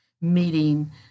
meeting